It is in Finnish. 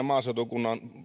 maaseutukunnan